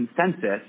consensus